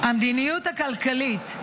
המדיניות הכלכלית,